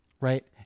Right